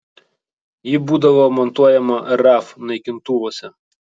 ji būdavo montuojama raf naikintuvuose